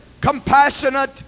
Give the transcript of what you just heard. compassionate